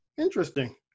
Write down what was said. Interesting